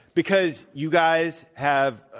because you guys have, ah